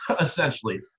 essentially